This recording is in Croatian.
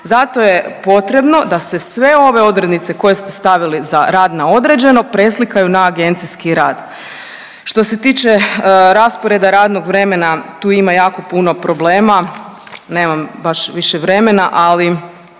Zato je potrebno da se sve ove odrednice koje ste stavili za rad na određeno preslikaju na agencijski rad. Što se tiče rasporeda radnog vremena tu ima jako puno problema. Nemam baš više vremena, ali